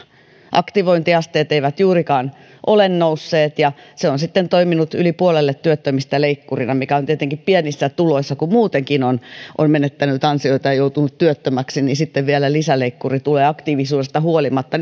aktivointiasteet eivät juurikaan ole nousseet ja se on sitten toiminut yli puolelle työttömistä leikkurina ja se on tietenkin pienissä tuloissa kova juttu kun muutenkin on menettänyt ansioita ja joutunut työttömäksi että sitten vielä lisäleikkuri tulee aktiivisuudesta huolimatta